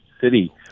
city